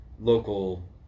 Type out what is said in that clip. local